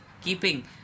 keeping